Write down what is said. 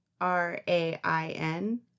R-A-I-N